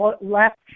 left